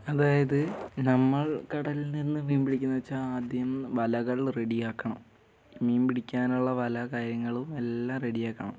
അതായത് നമ്മൾ കടലിൽനിന്ന് മീൻ പിടിക്കുന്നത് വെച്ചാൽ ആദ്യം വലകൾ റെഡിയാക്കണം മീൻ പിടിക്കാനുള്ള വല കാര്യങ്ങളും എല്ലാം റെഡിയാക്കണം